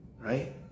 Right